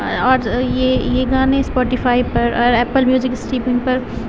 اور یہ یہ گانے اسپوٹیفائی پر اور ایپل پر میوزک اسٹریمنگ پر